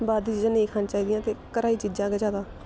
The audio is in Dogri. बाह्र दी चीजां नेईं खानियां चाहिदियां ते घरा दी चीजां गै ज्यादा